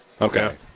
Okay